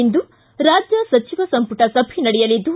ಇಂದು ರಾಜ್ಯ ಸಚಿವ ಸಂಪುಟ ಸಭೆ ನಡೆಯಲಿದ್ದು